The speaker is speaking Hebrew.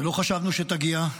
שלא חשבנו שתגיע.